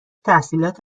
تحصیلات